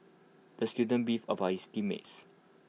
the student beefed about his team mates